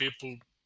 people